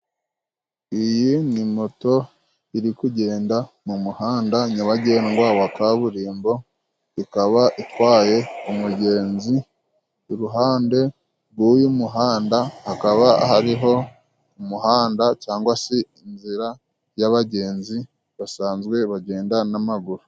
Iyi ni moto iri kugenda mu muhanda nyabagendwa wa kaburimbo ikaba itwaye umugenzi iruhande rw'uyu muhanda hakaba hariho umuhanda cyangwa se inzira yabagenzi basanzwe bagenda n'amaguru.